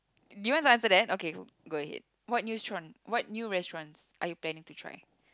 do you want to answer that okay go ahead what new stauran~ what new restaurants are you planning to try